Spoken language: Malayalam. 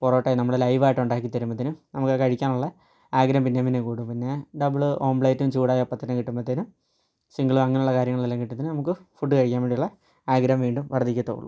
പൊറോട്ടയും നമ്മൾ ലൈവായിട്ട് ഉണ്ടാക്കിത്തരുമ്പോഴ്തേനും നമുക്ക് അത് കഴിക്കാനുള്ള ആഗ്രഹം പിന്നേം പിന്നേം കൂടും പിന്നെ ഡബിൾ ഓംപ്ലേറ്റ് ചൂടായി അപ്പോൾതന്നെ കിട്ടുമ്പോഴ്ത്തേലും സിങ്കിളു അങ്ങനുള്ള കാര്യങ്ങളെല്ലാം കിട്ടുന്നേരം നമുക്ക് ഫുഡ് കഴിക്കാൻ വേണ്ടിയുള്ള ആഗ്രഹം വീണ്ടും വർധിക്കത്തേയുള്ളു